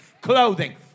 clothing